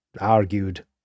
argued